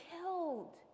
killed